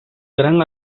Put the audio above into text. gran